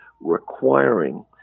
requiring